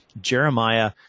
Jeremiah